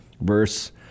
Verse